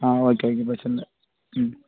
ஆ okay okay பிரச்சனை இல்லை ம்